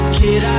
kid